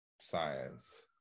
science